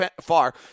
far